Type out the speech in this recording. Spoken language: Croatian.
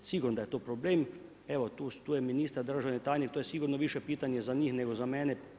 Sigurno da je to problem, evo tu je ministar, državni tajnik to je sigurno više pitanje za njih nego za mene.